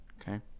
Okay